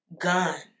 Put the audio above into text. gun